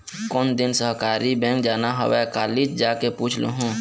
कोन दिन सहकारी बेंक जाना हवय, कालीच जाके पूछ लूहूँ